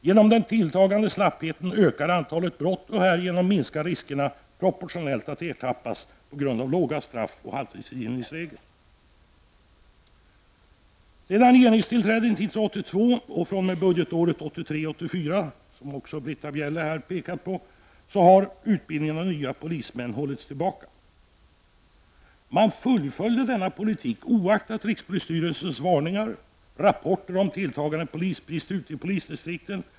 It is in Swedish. Genom den tilltagande slappheten ökar antalet brott, och härigenom minskar proportionellt sett riskerna att ertappas och dessutom minskar riskerna på grund av låga straff och halvtidsfrigivningsregeln. 1983/84 har utbildningen av nya polismän hållits tillbaka, vilket också Britta Bjelle påpekade. Regeringen fullföljde denna politik oaktat rikspolisstyrelsens varningar och rapporter om tilltagande polisbrist ute i polisdisktrikten.